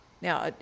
Now